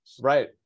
Right